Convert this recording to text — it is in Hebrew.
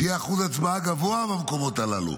שיהיה אחוז הצבעה גבוה במקומות הללו.